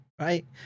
Right